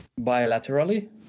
bilaterally